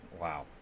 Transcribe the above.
wow